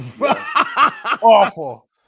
Awful